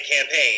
campaign